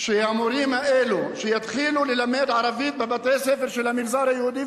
שהמורים האלה יתחילו ללמד ערבית בבתי-הספר של המגזר היהודי.